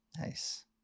Nice